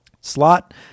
Slot